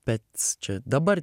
bet čia dabar